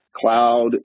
Cloud